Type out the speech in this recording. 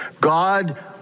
God